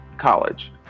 college